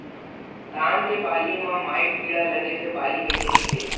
धान के बालि म माईट कीड़ा लगे से बालि कइसे दिखथे?